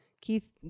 Keith